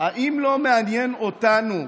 האם לא מעניין אותנו,